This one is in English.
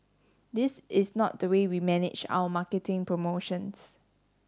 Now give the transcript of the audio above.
this is not the way we manage our marketing promotions